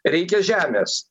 reikia žemės